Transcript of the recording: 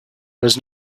was